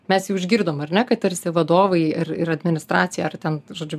mes jau išgirdom ar ne kad tarsi vadovai ir ir administracija ar ten žodžiu